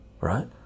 right